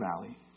valley